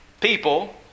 people